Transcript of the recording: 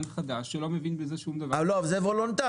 חדש שלא מבין בזה שום דבר --- זה וולונטרי.